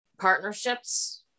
partnerships